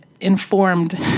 informed